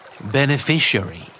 Beneficiary